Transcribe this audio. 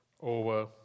Over